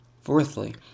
fourthly